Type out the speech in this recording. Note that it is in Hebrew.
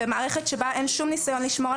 במערכת שבה אין שום ניסיון לשמור על